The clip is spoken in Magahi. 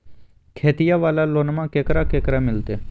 खेतिया वाला लोनमा केकरा केकरा मिलते?